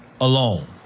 alone